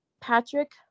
Patrick